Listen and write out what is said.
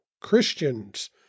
Christians